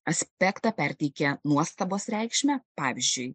aspektą perteikia nuostabos reikšmę pavyzdžiui